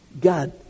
God